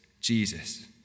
Jesus